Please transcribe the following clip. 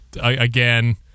again